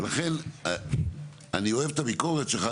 ולכן ,אי אוהב את הביקורת שלך,